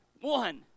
one